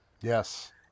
Yes